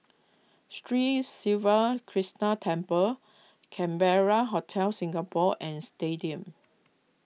Sri Siva Krishna Temple Capella Hotel Singapore and Stadium